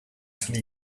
till